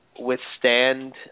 withstand –